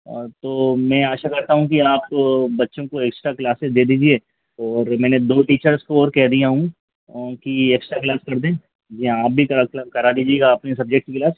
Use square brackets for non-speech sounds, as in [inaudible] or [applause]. आ तो मैं आशा करता हूँ कि आप बच्चों को एक्स्ट्रा क्लासेज दे दीजिए तो और मैंने दो टीचर्स को और कह दिया हूँ [unintelligible] कि एक्स्ट्रा क्लास कर दें या आप भी [unintelligible] काम करा दीजिएगा अपने सब्जेक्ट की क्लास